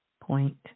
point